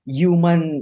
human